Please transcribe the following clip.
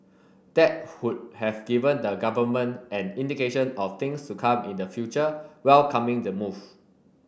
that would have given the government an indication of things to come in the future welcoming the move